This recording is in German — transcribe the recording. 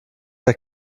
der